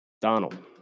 Donald